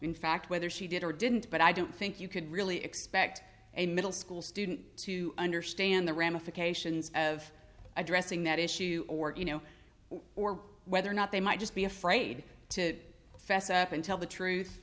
in fact whether she did or didn't but i don't think you could really expect a middle school student to understand the ramifications of addressing that issue or you know or whether or not they might just be afraid to fess up and tell the